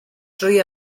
drwy